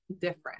different